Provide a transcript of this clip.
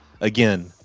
again